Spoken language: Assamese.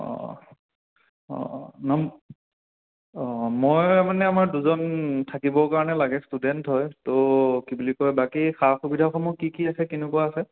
অঁ অঁ অঁ অঁ নাম অঁ মই মানে আমাৰ দুজন থাকিবৰ কাৰণে লাগে ষ্টুডেণ্ট হয় ত' কি বুলি কয় বাকী সা সুবিধা সমূহ কি কি আছে কেনেকুৱা আছে